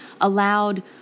allowed